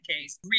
case